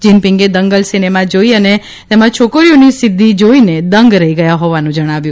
જિનપિંગે Dangal cinema જોઇ અને તેમાં છોકરીઓની સિદ્ધિ જોઇને દંગ રહી ગયાનું જણાવ્યું